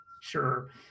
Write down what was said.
Sure